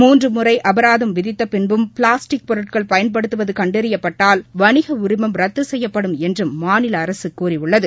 மூன்று முறை அபராதம் விதித்த பின்பும் பிளாஸ்டிக் பொருட்கள் பயன்படுத்துவது கண்டறியப்பட்டால் வணிக உரிமம் ரத்து செய்யப்படும் என்றும் மாநில அரசு கூறியுள்ளது